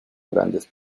grandes